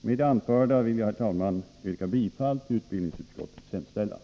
Med det anförda vill jag, herr talman, yrka bifall till utskottets hemställan.